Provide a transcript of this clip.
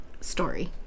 story